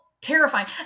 terrifying